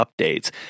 updates